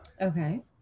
Okay